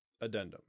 Addendum